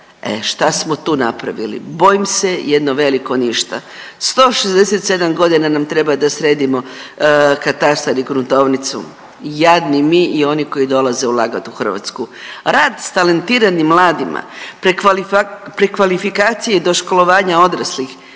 šta smo tu napravili? Bojim se jedno veliko ništa. 167 godina nam treba da sredimo katastar i gruntovnicu. Jadni mi i oni koji dolaze ulagati u Hrvatsku. Rad s talentiranim mladima, prekvalifikacije i doškolovanja odraslih.